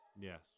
Yes